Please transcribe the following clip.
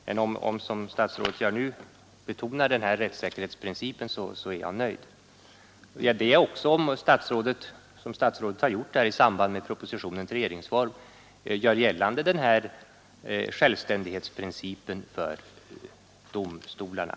Men om statsrådet nu mer vill betona rättssäkerhetsprincipen är jag nöjd. Jag tycker också att det är riktigt om statsrådet, som har skett i propositionen om regeringsformen, nu hävdar självständighetsprincipen för domstolarna.